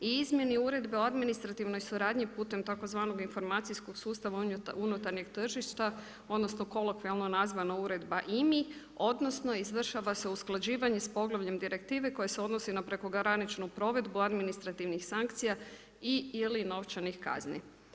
I izmjene Uredbe o administrativnoj suradnji putem tzv. informacijskog sustava unutarnjeg tržišta, odnosno kolokvijalno nazvan Uredba IMI, odnosno izvršava se usklađivanje s poglavljem direktive koja se odnosi na prekograničnu provedbu administrativnih sankcija i ili novčanih kazni.